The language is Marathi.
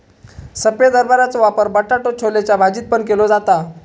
सफेद हरभऱ्याचो वापर बटाटो छोलेच्या भाजीत पण केलो जाता